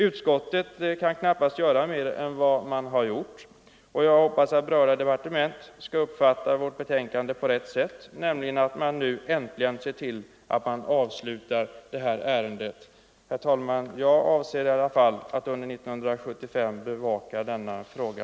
Utskottet kan knappast göra mer än det gjort, och jag hoppas att berörda departement skall uppfatta vårt betänkande på rätt sätt och nu äntligen se till att avsluta detta ärende. Herr talman! Jag avser i alla fall att under 1975 bevaka denna fråga.